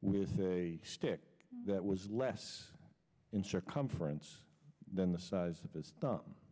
with a stick that was less insert conference than the size of a stop